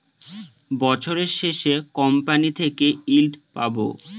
বছরের শেষে কোম্পানি থেকে ইল্ড পাবো